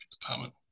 department